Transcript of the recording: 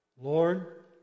Lord